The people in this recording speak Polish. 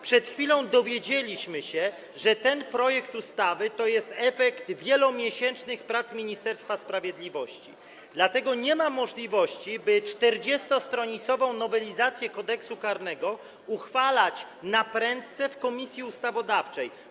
Przed chwilą dowiedzieliśmy się, że ten projekt ustawy jest efektem wielomiesięcznych prac Ministerstwa Sprawiedliwości, dlatego nie ma możliwości, by 40-stronicową nowelizację Kodeksu karnego uchwalać naprędce w Komisji Ustawodawczej.